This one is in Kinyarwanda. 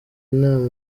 inama